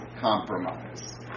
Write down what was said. compromise